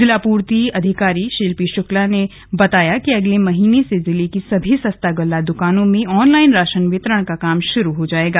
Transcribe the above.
जिलापूर्ति अधिकारी शिल्पी शुक्ला ने बताया कि अगले महीने से जिले की सभी सस्ता गल्ला द्कानो में ऑनलाइन राशन वितरण का काम शुरू हो जाएगा